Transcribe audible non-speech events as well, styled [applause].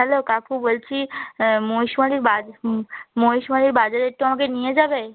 hello কাকু বলছি মহিষমারী [unintelligible] মহিষমারী বাজারে একটু আমাকে নিয়ে যাবে